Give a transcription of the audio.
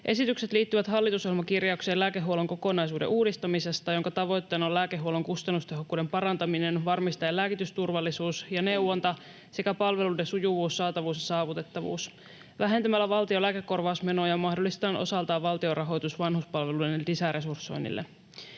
Esitykset liittyvät hallitusohjelmakirjaukseen lääkehuollon kokonaisuuden uudistamisesta, jonka tavoitteena on lääkehuollon kustannustehokkuuden parantaminen varmistaen lääkitysturvallisuus ja neuvonta sekä palveluiden sujuvuus, saatavuus ja saavutettavuus. Vähentämällä valtion lääkekorvausmenoja mahdollistetaan osaltaan valtionrahoitus vanhuspalvelujen lisäresursoinnille.